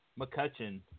McCutcheon